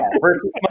Versus